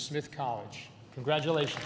smith college congratulations